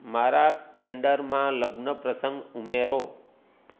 મારા કેલેન્ડરમાં લગ્નપ્રસંગ ઉમેરો